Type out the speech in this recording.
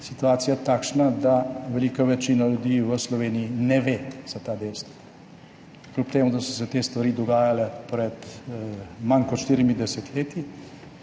situacija takšna, da velika večina ljudi v Sloveniji ne ve za ta dejstva, kljub temu da so se te stvari dogajale pred manj kot štirimi desetletji,